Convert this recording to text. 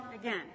again